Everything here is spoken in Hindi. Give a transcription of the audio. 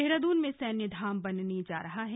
देहरादून में सैन्य धाम बनने जा रहा है